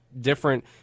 different